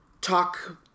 talk